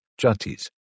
Jatis